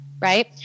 right